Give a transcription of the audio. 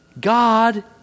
God